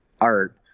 art